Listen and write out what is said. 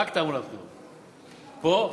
רק תעמולת בחירות, פה,